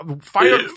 fire